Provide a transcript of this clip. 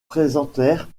présentèrent